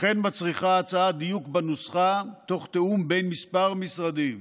וכן מצריכה ההצעה דיוק בנוסחה תוך תיאום בין מספר משרדים.